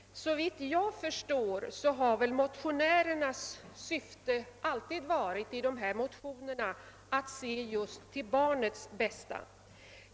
Såvitt jag förstår har motionärernas syfte i dessa motioner alltid varit att se just till barnets bästa.